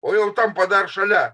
o jau tampa dar šalia